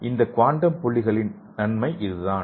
இந்த குவாண்டம் புள்ளிகளின் நன்மை இதுதான்